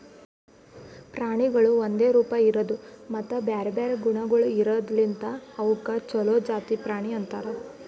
ಪ್ರಾಣಿಗೊಳ್ ಒಂದೆ ರೂಪ, ಇರದು ಮತ್ತ ಬ್ಯಾರೆ ಬ್ಯಾರೆ ಗುಣಗೊಳ್ ಇರದ್ ಲಿಂತ್ ಅವುಕ್ ಛಲೋ ಜಾತಿ ಪ್ರಾಣಿ ಅಂತರ್